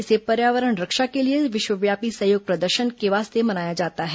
इसे पर्यावरण रक्षा के लिए विश्वव्यापी सहयोग प्रदर्शन के वास्ते मनाया जाता है